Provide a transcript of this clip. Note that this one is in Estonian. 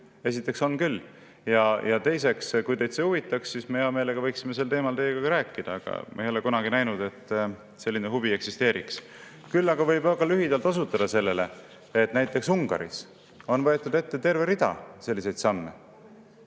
Esiteks on küll ja teiseks, kui teid see huvitaks, siis me hea meelega võiksime sellel teemal teiega rääkida, aga ma ei ole kunagi näinud, et selline huvi eksisteeriks. Küll aga võib lühidalt osutada sellele, et näiteks Ungaris on võetud ette terve rida selliseid samme.